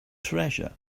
treasure